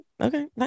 okay